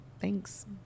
thanks